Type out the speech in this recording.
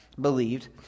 believed